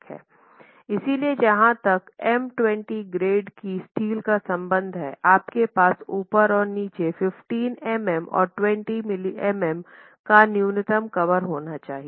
इसलिए जहाँ तक M20 ग्रेड की स्टील का संबंध है आपके पास ऊपर और नीचे 15 मिमी और 20 मिलीमीटर का न्यूनतम कवर होना चाहिए